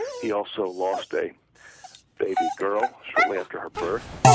he also lost a baby girl shortly after her birth